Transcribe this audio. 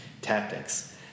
Tactics